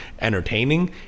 entertaining